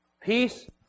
Peace